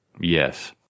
Yes